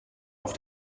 auf